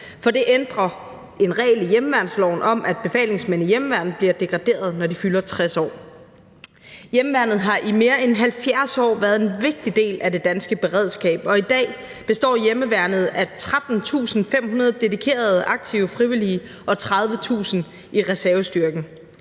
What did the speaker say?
for det ændrer en regel i hjemmeværnsloven om, at befalingsmænd i hjemmeværnet bliver degraderet, når de fylder 60 år. Hjemmeværnet har i mere end 70 år været en vigtig del af det danske beredskab, og i dag består hjemmeværnet af 13.500 dedikerede aktive frivillige og 30.000 i reservestyrken.